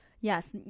yes